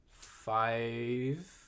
five